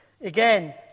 Again